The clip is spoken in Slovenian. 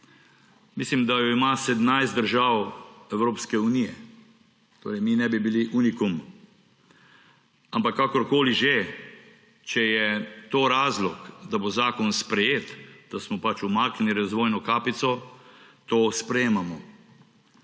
Mislim, da jo ima 17 držav Evropske unije, torej mi ne bi bili unikum, ampak kakorkoli že, če je to razlog, da bo zakon sprejet, da smo pač umaknili razvojno kapico, to sprejemamo.